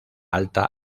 alta